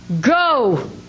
Go